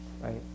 right